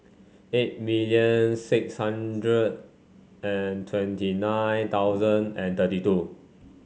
eight million six hundred and twenty nine thousand and thirty two